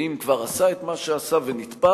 ואם כבר עשה את מה שעשה ונתפס,